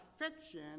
affection